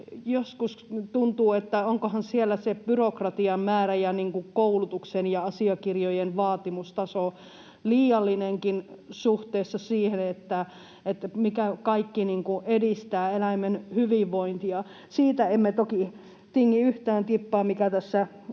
joskus tuntuu, että onkohan siellä se byrokratian määrä ja koulutuksen ja asiakirjojen vaatimustaso liiallinenkin suhteessa siihen, mikä kaikki edistää eläimen hyvinvointia. Siitä emme toki tingi yhtään tippaa, mikä tässä